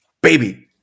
Baby